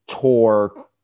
tour